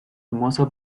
hermosa